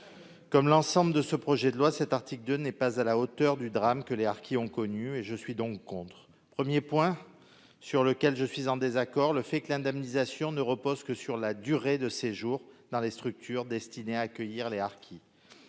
Comme l'ensemble de ce projet de loi, cet article 2 n'est pas à la hauteur du drame que les harkis ont vécu. Je voterai donc contre. Premier point sur lequel je suis en désaccord, l'indemnisation ne repose que sur la durée de séjour dans les structures destinées à accueillir les harkis.